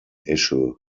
issue